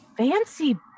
Fancy